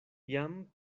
jam